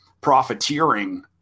profiteering